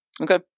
Okay